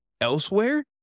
elsewhere